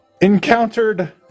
encountered